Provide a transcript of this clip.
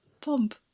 pump